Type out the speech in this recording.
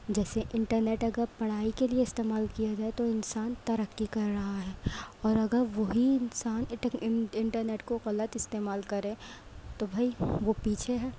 جیسے انٹرنیٹ اگر پڑھائی کے لئے استعمال کیا جائے تو انسان ترقی کر رہا ہے اور اگر وہی انسان انٹرنیٹ کو غلط استعمال کرے تو بھائی وہ پیچھے ہے